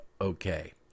okay